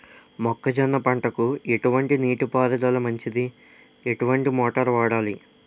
మొక్కజొన్న పంటకు ఎటువంటి నీటి పారుదల మంచిది? ఎటువంటి మోటార్ వాడాలి?